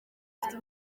ufite